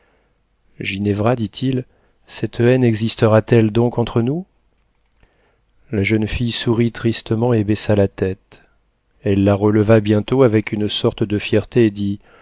eux ginevra dit-il cette haine existera t elle donc entre nous la jeune fille sourit tristement et baissa la tête elle la releva bientôt avec une sorte de fierté